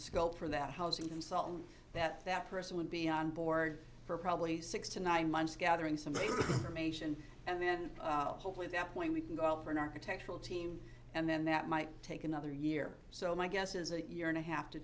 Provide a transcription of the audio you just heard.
consultant that that person would be on board for probably six to nine months gathering somebody from asian and then hopefully that way we can go out for an architectural team and then that might take another year or so my guess is a year and a half to